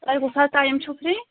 تۄہہِ کُس حظ ٹایِم چھُ فرٛی